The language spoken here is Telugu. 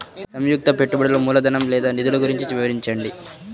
సంయుక్త పెట్టుబడులు మూలధనం లేదా నిధులు గురించి వివరించండి?